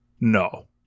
No